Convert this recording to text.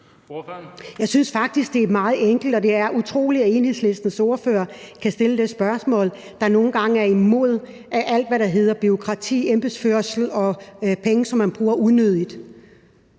Jeg synes faktisk, det er meget enkelt, og det er utroligt, at Enhedslistens ordfører kan stille det spørgsmål, når han nogle gange er imod alt, hvad der hedder bureaukrati, embedsførelse og penge, som man bruger unødigt.